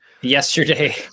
Yesterday